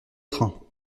train